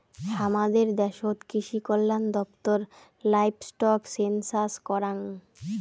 হামাদের দ্যাশোত কৃষিকল্যান দপ্তর লাইভস্টক সেনসাস করাং